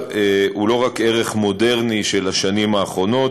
הן לא רק ערך מודרני של השנים האחרונות,